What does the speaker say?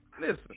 Listen